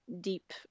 deep